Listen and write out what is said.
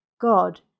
God